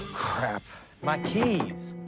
crap my keys